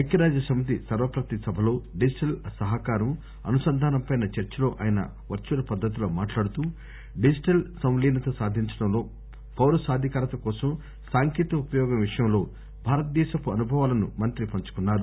ఐక్యరాజ్యసమితి సర్వ ప్రతినిధి సభలో డిజిటల్ సహకారం అనుసంధానంపై చర్చలో ఆయన వర్చ్చువల్ పద్దతిలో మాట్టాడుతూ డిజిటల్ సంలీనత సాధించడంలో పౌరసాధికారత కోసం సాంకేతిక ఉపయోగం విషయంలో భారతదేశపు అనుభవాలను మంత్రి పంచుకున్నారు